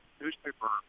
newspaper